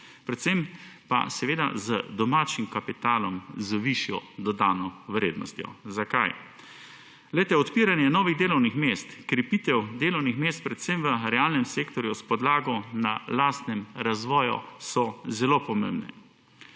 predvsem pa z domačim kapitalom z višjo dodano vrednostjo. Zakaj? Glejte, odpiranje novih delovnih mest, krepitev delovnih mest predvsem v realnem sektorju s podlago na lastnem razvoju so zelo pomembni.